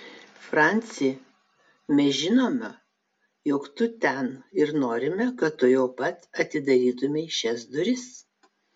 franci mes žinome jog tu ten ir norime kad tuojau pat atidarytumei šias duris